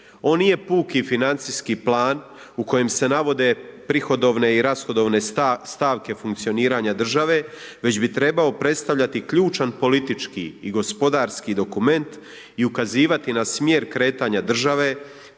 On nije puki financijski plan u kojem se navode prihodovne i rashodovne stavke funkcioniranja države, već bi trebao predstavljati ključan politički i gospodarski dokument i ukazivati na smjer kretanja države,